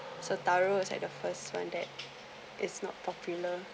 so taro is at the first one that is not popular